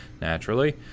naturally